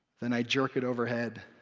and i jerk it overheard,